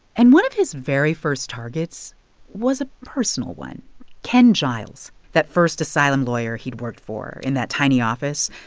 and one of his very first targets was a personal one ken giles, that first asylum lawyer he'd worked for in that tiny office.